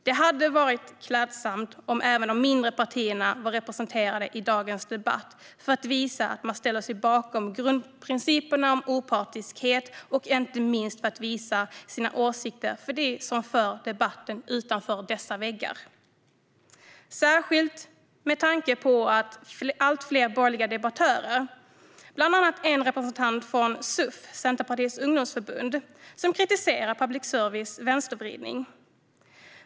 Det hade varit klädsamt om även de mindre partierna vore representerade i dagens debatt för att visa att man ställer sig bakom grundprinciperna om opartiskhet och inte minst för att visa sina åsikter för dem som för debatten utanför dessa väggar - detta särskilt med tanke på att flera borgerliga debattörer, bland annat en representant från Centerpartiets ungdomsförbund, kritiserar public services vänstervridning.